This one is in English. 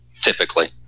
typically